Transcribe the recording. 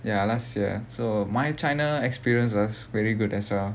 ya last year so my china experience was very good as well